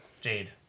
Jade